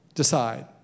decide